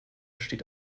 steht